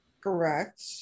correct